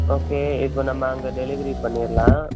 okay இப்போ நம்ம அங்கே டெலிவரி பண்ணிடலாம்